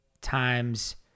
times